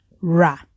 Ra